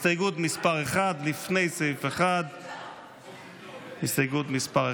הסתייגות מס' 1, לפני סעיף 1. הצבעה.